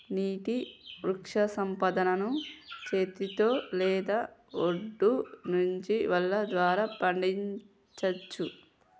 నీటి వృక్షసంపదను చేతితో లేదా ఒడ్డు నుండి వల ద్వారా పండించచ్చు